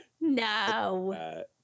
no